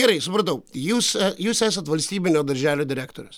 gerai supratau jūs jūs esat valstybinio darželio direktorius